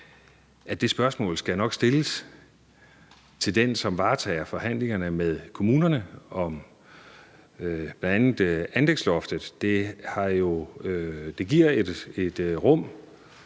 at det spørgsmål nok skal stilles til den, som varetager forhandlingerne med kommunerne om bl.a. anlægsloftet. Det giver et rum,